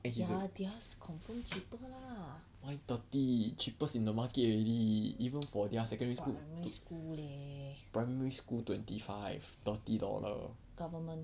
!aiya! theirs confirm cheaper lah primary school leh government